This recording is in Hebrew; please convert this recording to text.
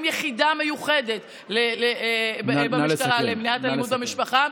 יחידה מיוחדת במשטרה למניעת אלימות במשפחה,